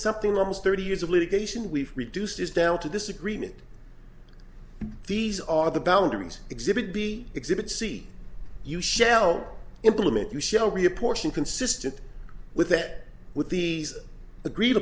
something almost thirty years of litigation we've reduced is down to disagreement these are the boundaries exhibit b exhibit c you shall implement your shell reapportion consistent with that with the agreed